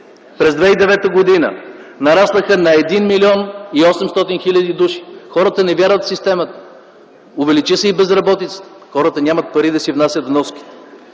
през 2009 г. нараснаха на 1 млн. 800 хил. души. Хората не вярват в системата. Увеличи се и безработицата. Хората нямат пари да си внасят вноските.